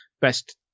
best